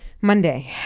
Monday